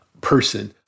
person